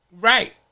Right